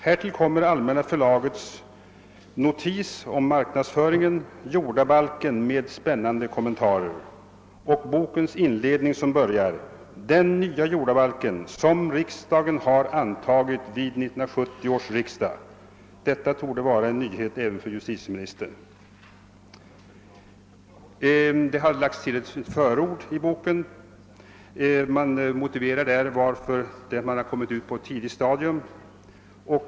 Härtill kommer Allmänna förlagets notis i marknadsföringen: »Jordabalken med spännande kommentarer« och bokens inledning, som bör jar: »Den nya jordabalk ——— som riksdagen har antagit vid 1970 års riksdag ———.» Detta torde vara en ny het även för justitieministern. Det har lagts till ett förord i boken, och man motiverar där att den har kommit ut på ett tidigt stadium.